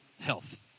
health